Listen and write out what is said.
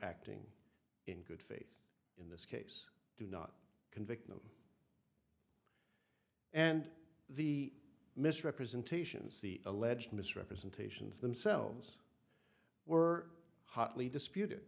acting in good faith in this case do not convict them and the misrepresentations the alleged misrepresentations themselves were hotly disputed